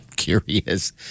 curious